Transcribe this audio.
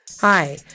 Hi